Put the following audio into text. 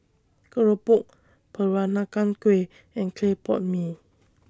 Keropok Peranakan Kueh and Clay Pot Mee